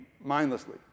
mindlessly